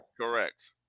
correct